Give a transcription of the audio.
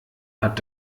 hat